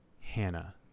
Hannah